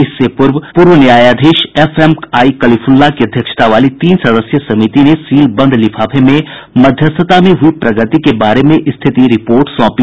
इससे पहले पूर्व न्यायाधीश एफ एम आई कलीफुल्ला की अध्यक्षता वाली तीन सदस्यीय समिति ने सील बंद लिफाफे में मध्यस्थता में हुई प्रगति के बारे में स्थिति रिपोर्ट सौंपी